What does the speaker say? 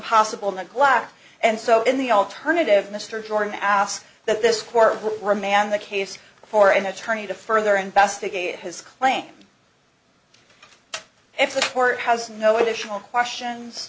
possible neglect and so in the alternative mr jordan asked that this court remand the case for an attorney to further investigate his claim if the court has no additional questions